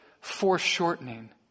foreshortening